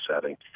setting